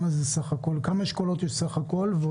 כמה אשכולות יש בסך הכול?